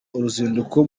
uruzinduko